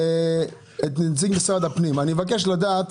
אני מבקש לדעת